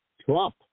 Trump